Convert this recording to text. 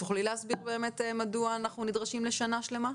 תוכלי להסביר מדוע אנחנו נדרשים לשנה שלמה?